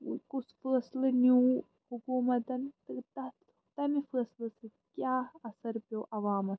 کُس فٲصلہٕ نیٛو حکوٗمتَن تہٕ تَتھ تَمہِ فٲصلہٕ سۭتۍ کیٛاہ اَثر پیٛو عوامس پٮ۪ٹھ